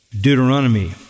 Deuteronomy